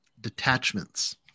detachments